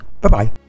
Bye-bye